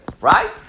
right